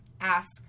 ask